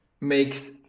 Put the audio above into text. makes